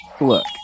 look